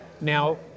now